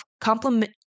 complement